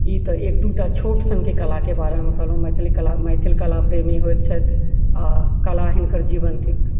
ई तऽ एक दू टा छोट सनके कलाके बारेमे कहलहुॅं मैथिल कलाप्रेमी होइत छथि आ कला हिनकर जीवन थिक